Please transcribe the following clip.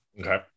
okay